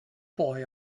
boy